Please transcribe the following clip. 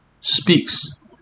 speaks